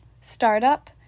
Startup